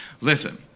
listen